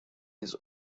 his